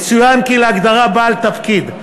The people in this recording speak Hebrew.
יצוין כי להגדרה "בעל תפקיד",